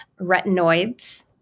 Retinoids